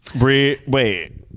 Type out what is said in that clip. Wait